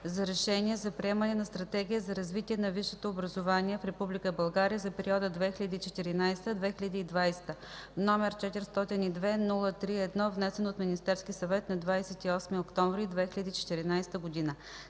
за решение за приемане на Стратегия за развитие на висшето образование в Република България за периода 2014-2020 г., № 402-03-1, внесен от Министерския съвет на 28 октомври 2014 г.